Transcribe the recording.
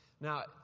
Now